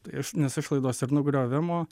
iš nes išlaidos ir nugriovimo